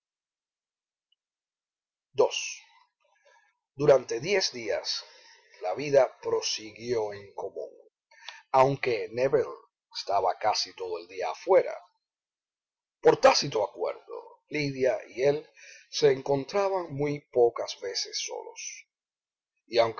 ii durante diez días la vida prosiguió en común aunque nébel estaba casi todo el día afuera por tácito acuerdo lidia y él se encontraban muy pocas veces solos